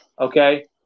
Okay